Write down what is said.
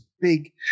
big